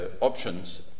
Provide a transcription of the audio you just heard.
options